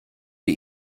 wir